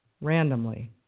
randomly